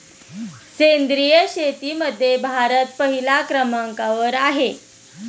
सेंद्रिय शेतीमध्ये भारत पहिल्या क्रमांकावर आहे